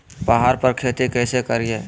पहाड़ पर खेती कैसे करीये?